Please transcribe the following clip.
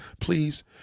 please